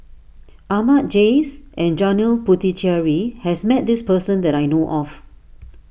Ahmad Jais and Janil Puthucheary has met this person that I know of